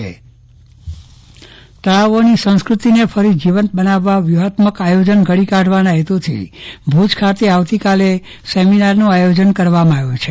ચંદ્રવદન પટ્ટણી તળાવ સંસ્કૃતિ સેમિનાર તળાવોની સંસ્ક્રતિને ફરી જીવંત બનાવવા વ્યુહાત્મક આયોજન ઘડી કાઢવાના હેતુથી ભૂજ ખાતે આવતીકાલે સેમિનારનું આયોજન કરવામાં આવ્યું છે